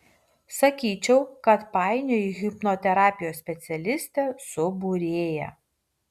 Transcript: sakyčiau kad painioji hipnoterapijos specialistę su būrėja